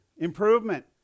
Improvement